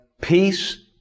peace